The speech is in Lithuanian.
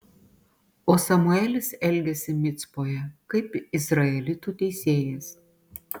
o samuelis elgėsi micpoje kaip izraelitų teisėjas